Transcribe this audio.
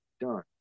done